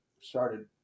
started